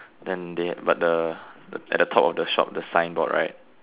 then they but the at the top of the shop the signboard right